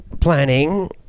planning